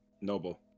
noble